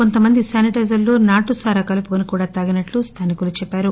కొంతమంది శానిటైజర్ లో నాటుసారా కలుపుకుని కూడా తాగినట్టు స్లానికులు తెలిపారు